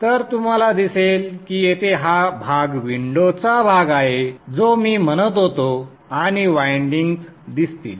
तर तुम्हाला दिसेल की येथे हा भाग विंडो चा भाग आहे जो मी म्हणत होतो आणि वायंडिंग्ज दिसतील